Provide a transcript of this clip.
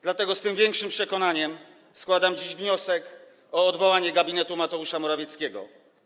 Dlatego z tym większym przekonaniem składam dziś wniosek o odwołanie gabinetu Mateusza Morawieckiego.